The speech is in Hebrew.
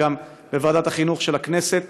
גם מוועדת החינוך של הכנסת,